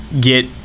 get